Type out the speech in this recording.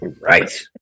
right